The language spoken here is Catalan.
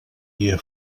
dia